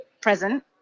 present